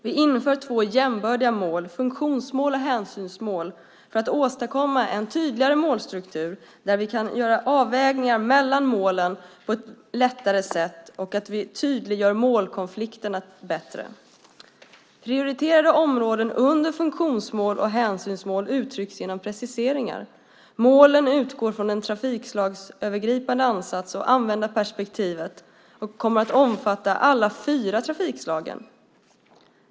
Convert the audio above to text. Vi inför två jämbördiga mål, nämligen funktionsmål och hänsynsmål, för att åstadkomma en tydligare målstruktur där vi lättare kan göra avvägningar mellan målen och tydligare se målkonflikterna. Prioriterade områden under funktionsmål och hänsynsmål uttrycks genom preciseringar. Målen utgår från en trafikslagsövergripande ansats och användarperspektivet samt omfattar alla fyra trafikslagen.